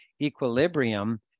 equilibrium